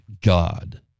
God